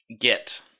get